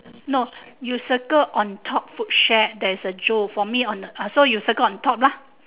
no you circle on top food share there is a joe for me on the so you circle on top lah